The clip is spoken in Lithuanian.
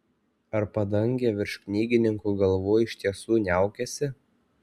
ar padangė virš knygininkų galvų iš tiesų niaukiasi